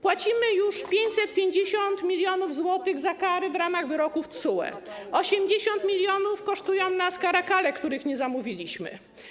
Płacimy już 550 mln zł na kary w ramach wyroków TSUE, 80 mln zł kosztują nas caracale, których nie zamówiliśmy.